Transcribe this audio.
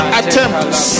attempts